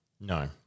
No